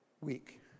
week